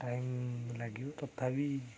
time ଲାଗିବ ତଥାପି